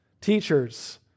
Teachers